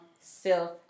self